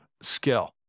skill